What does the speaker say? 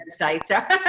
website